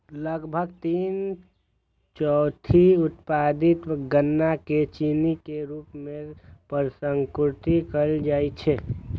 लगभग तीन चौथाई उत्पादित गन्ना कें चीनी के रूप मे प्रसंस्कृत कैल जाइ छै